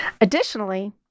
Additionally